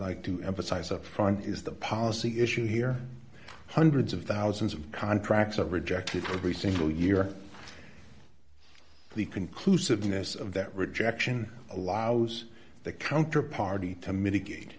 like to emphasize up front is the policy issue here hundreds of thousands of contracts are rejected every single year the conclusiveness of that rejection allows the counter party to mitigate